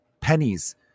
pennies